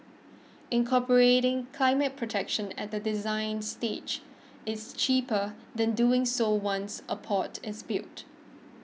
incorporating climate protection at the design stage is cheaper than doing so once a port is built